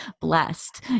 blessed